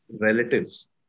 relatives